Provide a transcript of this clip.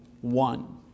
one